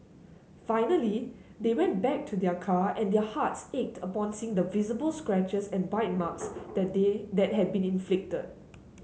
finally they went back to their car and their hearts ached upon seeing the visible scratches and bite marks that they that had been inflicted